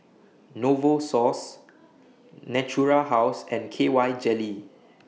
Novosource Natura House and K Y Jelly